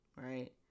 Right